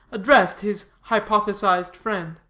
addressed his hypothesized friend.